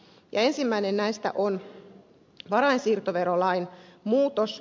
ensimmäinen näistä on varainsiirtoverolain muutos